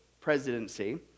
presidency